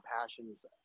passions